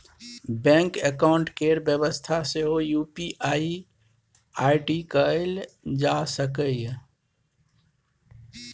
bank account केर बेबस्था सेहो यु.पी.आइ आइ.डी कएल जा सकैए